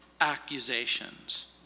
accusations